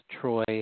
Troy